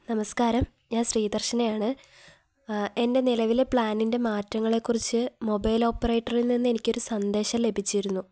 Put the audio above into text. നമസ്കാരം ഞാൻ ശ്രീദർശനയാണ് എൻ്റെ നിലവിലെ പ്ലാനിൻ്റെ മാറ്റങ്ങളെക്കുറിച്ച് മൊബൈൽ ഓപ്പറേറ്ററിൽ നിന്ന് എനിക്കൊരു സന്ദേശം ലഭിച്ചിരുന്നു